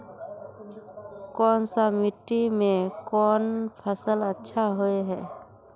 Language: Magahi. कोन सा मिट्टी में कोन फसल अच्छा होय है?